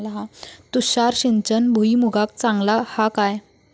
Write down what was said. तुषार सिंचन भुईमुगाक चांगला हा काय?